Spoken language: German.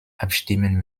abstimmen